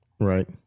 Right